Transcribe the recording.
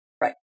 Right